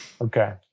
Okay